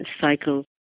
cycle